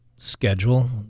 schedule